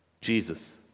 Jesus